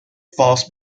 falls